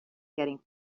getting